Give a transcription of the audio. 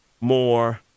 more